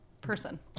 person